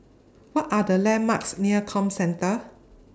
What Are The landmarks near Comcentre